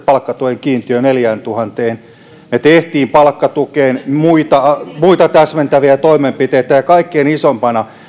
palkkatuen kiintiön neljääntuhanteen me teimme palkkatukeen muita muita täsmentäviä toimenpiteitä ja kaikkein isoimpana